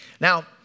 Now